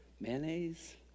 Mayonnaise